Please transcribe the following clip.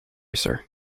sir